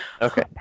Okay